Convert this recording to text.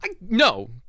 No